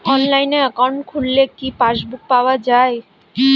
অনলাইনে একাউন্ট খুললে কি পাসবুক পাওয়া যায়?